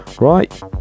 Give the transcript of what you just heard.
right